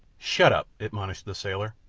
shut up, admonished the sailor.